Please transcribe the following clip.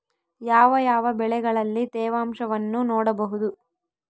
ಯಾವ ಯಾವ ಬೆಳೆಗಳಲ್ಲಿ ತೇವಾಂಶವನ್ನು ನೋಡಬಹುದು?